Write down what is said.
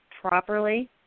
properly